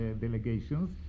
delegations